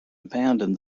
abandoned